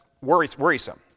worrisome